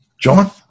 John